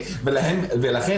כהרגלו וכדרכו.